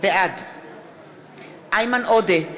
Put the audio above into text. בעד איימן עודה,